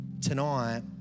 tonight